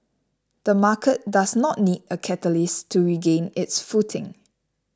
the market does not need a catalyst to regain its footing